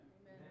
Amen